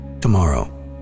Tomorrow